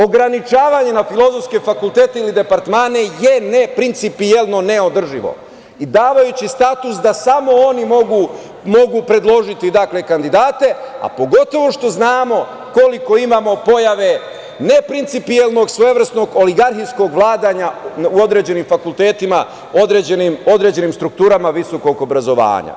Ograničavanje na filozofske fakultete ili departmane je neprincipijelno neodrživo i davajući status da samo oni mogu predložiti kandidate, a pogotovo što znamo koliko imamo pojave neprincipijelnog svojevrsnog oligarhijskog vladanja u određenim fakultetima, određenim strukturama visokog obrazovanja.